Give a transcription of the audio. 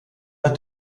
nach